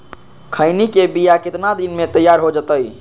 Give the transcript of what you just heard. खैनी के बिया कितना दिन मे तैयार हो जताइए?